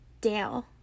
Dale